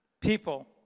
People